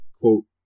quote